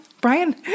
Brian